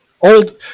old